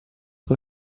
che